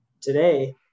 today